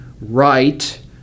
right